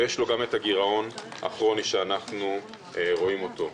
ויש גם הגירעון הכרוני שאנחנו רואים אותו.